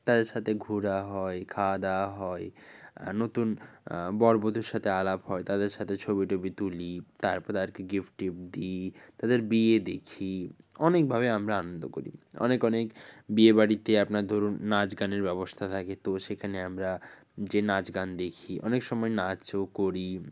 তাদের সাথে ঘুরা হয় খাওয়া দাওয়া হয় নতুন বর বধূর সাথে আলাপ হয় তাদের সাথে ছবি টবি তুলি তারপরে তাদেরকে গিফ্ট টিফ্ট দিই তাদের বিয়ে দেখি অনেকভাবে আমরা আনন্দ করি অনেক অনেক বিয়ে বাড়িতে আপনার ধরুন নাচ গানের ব্যবস্থা থাকে তো সেখানে আমরা যে নাচ গান দেখি অনেক সময় নাচও করি